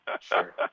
Sure